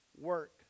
work